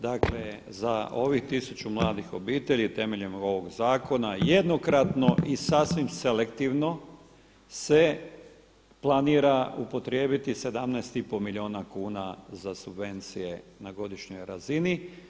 Dakle za ovih 1000 mladih obitelji temeljem ovog zakona jednokratno i sasvim selektivno se planira upotrijebiti 17,5 milijuna kuna subvencije na godišnjoj razini.